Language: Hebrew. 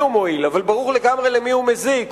הוא מועיל אבל ברור לגמרי למי הוא מזיק,